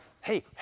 hey